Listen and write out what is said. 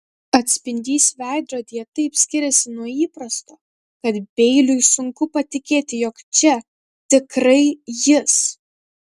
atspindys veidrodyje taip skiriasi nuo įprasto kad beiliui sunku patikėti jog čia tikrai jis